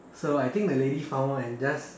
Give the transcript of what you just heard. so I think the lady found out and just